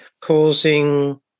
causing